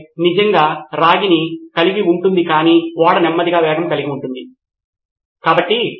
అతను చెప్పినదానిని నేను ఇష్టపడుతున్నాను విద్యార్థులు ఏదో ఒక రకమైన సమాచారమును రాయడం నేను ఇష్టపడను మనకు అది ఉంది కాబట్టి చేయను